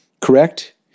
correct